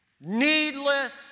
Needless